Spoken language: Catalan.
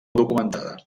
documentada